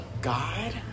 God